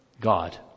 God